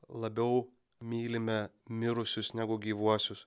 labiau mylime mirusius negu gyvuosius